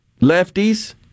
lefties